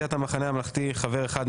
סיעת המחנה הממלכתי חבר אחד,